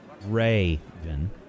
raven